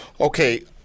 okay